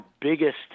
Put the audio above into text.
biggest –